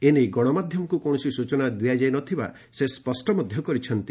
ଏ ନେଇ ଗଣମାଧ୍ୟମକୁ କୌଣସି ସ୍ୱଚନା ଦିଆଯାଇ ନ ଥିବା ସେ ସ୍ୱଷ୍ଟ କରିଛନ୍ତି